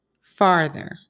farther